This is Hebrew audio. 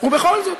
ובכל זאת,